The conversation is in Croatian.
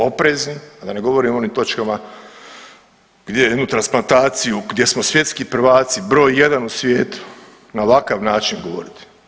Oprezni, a da ne govorim o ovim točkama gdje jednu transplantaciju gdje smo svjetski prvaci broj jedan u svijetu na ovakav način govoriti.